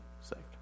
saved